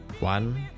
One